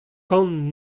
kant